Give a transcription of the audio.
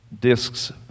discs